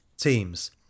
Teams